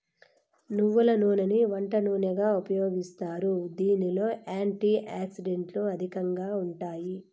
నువ్వుల నూనెని వంట నూనెగా ఉపయోగిస్తారు, దీనిలో యాంటీ ఆక్సిడెంట్లు అధికంగా ఉంటాయి